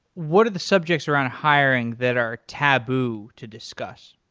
what are the subjects around hiring that are taboo to discuss?